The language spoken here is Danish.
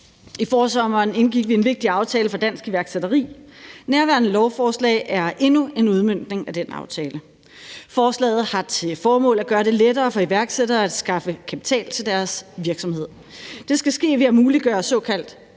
I forsommeren indgik vi en vigtig aftale for dansk iværksætteri. Nærværende lovforslag er endnu en udmøntning af den aftale. Forslaget har til formål at gøre det lettere for iværksættere at skaffe kapital til deres virksomhed. Det skal ske ved at muliggøre såkaldt